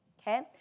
Okay